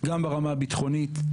גם ברמה הביטחונית.